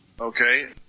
Okay